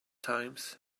times